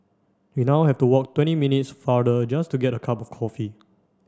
we now have to walk twenty minutes farther just to get a cup of coffee